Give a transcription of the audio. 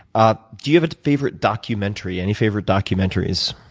ah do you have a favorite documentary? any favorite documentaries?